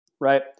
right